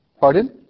Pardon